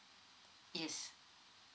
yes